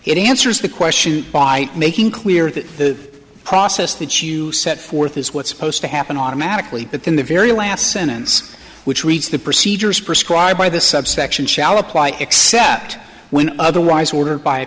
it answers the question by making clear that the process that you set forth is what's supposed to happen automatically but then the very last sentence which reached the procedures prescribed by the subsection shall apply except when otherwise ordered by a